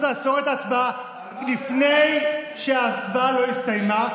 סמכות לעצור את ההצבעה לפני שההצבעה הסתיימה.